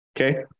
Okay